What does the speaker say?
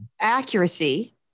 accuracy